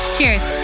Cheers